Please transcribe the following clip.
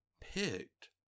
picked